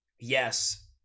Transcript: yes